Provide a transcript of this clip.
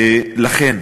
לכן